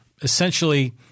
essentially